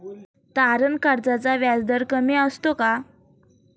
तारण कर्जाचा व्याजदर कमी असतो का?